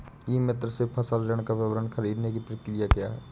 ई मित्र से फसल ऋण का विवरण ख़रीदने की प्रक्रिया क्या है?